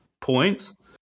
points